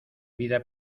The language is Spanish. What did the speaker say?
vida